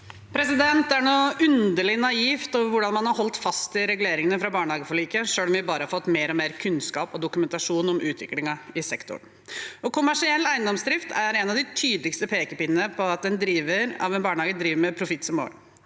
Det er noe underlig naivt over hvordan man har holdt fast ved reguleringene fra barnehageforliket, selv om vi bare har fått mer og mer kunnskap og dokumentasjon om utviklingen i sektoren. Kommersiell eiendomsdrift er en av de tydeligste pekepinnene på at en driver av en barnehage har profitt som mål.